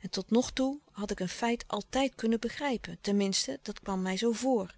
en tot nog toe had ik een feit altijd kunnen begrijpen ten minste dat kwam mij zoo voor